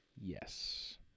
Yes